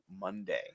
Monday